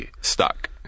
stuck